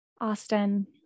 Austin